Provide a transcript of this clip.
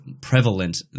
prevalent